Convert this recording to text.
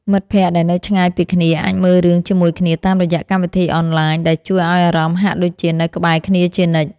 មិត្តភក្តិដែលនៅឆ្ងាយពីគ្នាអាចមើលរឿងជាមួយគ្នាតាមរយៈកម្មវិធីអនឡាញដែលជួយឱ្យអារម្មណ៍ហាក់ដូចជានៅក្បែរគ្នាជានិច្ច។